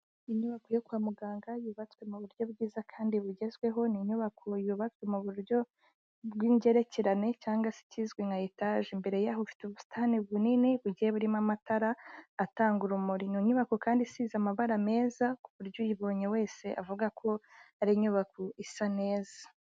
Inyubako yo kwa muganga yubatswe mu buryo bwiza kandi bugezweho, ni inyubako yubatswe mu buryo bw'ingerekerane cyangwa se kizwi nka etaje. Imbere yaho ifite ubusitani bunini bugiye burimo amatara, atanga urumuri. Ni nyubako kandi isize amabara meza, ku buryo uyibonye wese avuga ko ari inyubako isa neza.